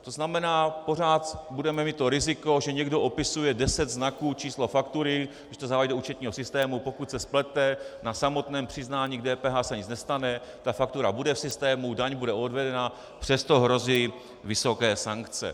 To znamená, pořád budeme mít to riziko, že někdo opisuje deset znaků, číslo faktury, že to zadává i do účetního systému, a pokud se splete, na samotném přiznání k DPH se nic nestane, ta faktura bude v systému, daň bude odvedena, přesto hrozí vysoké sankce.